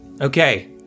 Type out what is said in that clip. Okay